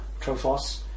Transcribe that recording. Trophos